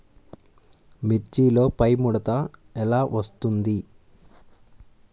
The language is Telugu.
మిర్చిలో పైముడత ఎలా వస్తుంది?